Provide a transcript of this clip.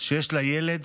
שיש לה ילד